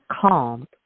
calm